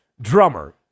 drummer